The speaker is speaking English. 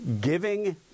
giving